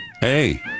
Hey